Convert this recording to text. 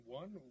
one